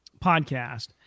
podcast